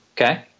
okay